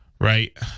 right